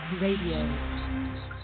Radio